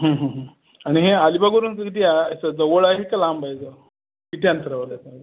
आणि हे अलिबागवरून किती आहे असं जवळ आहे की लांब आहे थोडं किती अंतरावर आहे असं